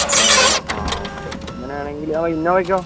അത്രയും വരും അല്ലേ ആ ഓക്കെ അങ്ങനെ ആണെങ്കിൽ ഓ ഇന്നോവയ്ക്കോ